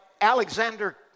Alexander